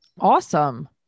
Awesome